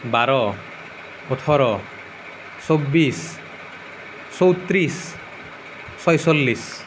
বাৰ ওঠৰ চৌবিছ চৌত্ৰিছ ছয়চল্লিছ